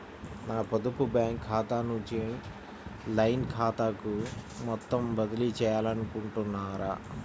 నా పొదుపు బ్యాంకు ఖాతా నుంచి లైన్ ఖాతాకు మొత్తం బదిలీ చేయాలనుకుంటున్నారా?